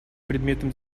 предметов